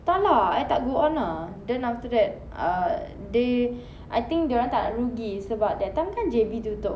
tak lah I tak go on ah then after that uh they I think dorang tak rugi sebab that time kan J_B tutup